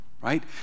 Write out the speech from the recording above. right